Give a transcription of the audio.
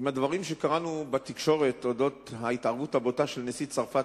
אם הדברים שקראנו בתקשורת על ההתערבות הבוטה של נשיא צרפת,